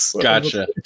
Gotcha